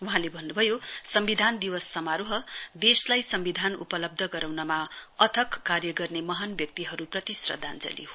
वहाँले भन्नुभयो सम्विधान दिवस समारोह देशलाई सम्विधान उपलब्ध गराउनमा अथक कार्य गर्ने महान व्यक्तिहरु प्रति श्रध्दाञ्जली हो